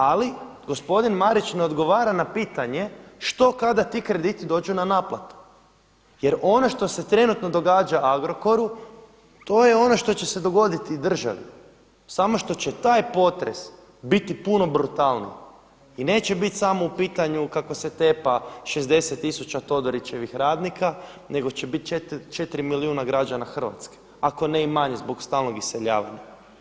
Ali gospodin Marić ne odgovara na pitanje što kada ti krediti dođu na naplatu jer ono što se trenutno događa Agrokoru to je ono što će se dogoditi državi, samo što će taj potres biti puno brutalniji i neće biti samo u pitanju kako se tepa 60 tisuća Todorićevih radnika nego će biti 4 milijuna građana Hrvatske, ako ne i manje zbog stalnog iseljavanja.